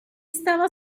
stava